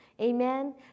Amen